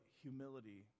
humility